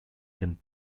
can